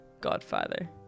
Godfather